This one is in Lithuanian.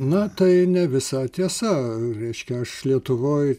na tai ne visai tiesa reiškia aš lietuvoj